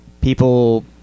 People